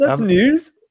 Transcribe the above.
news